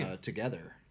together